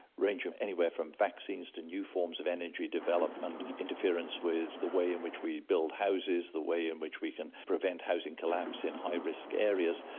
ranging anywhere from vaccines to new forms of energy development, interference with the way in which we build houses, the way in which we can prevent housing collapse in high risk areas.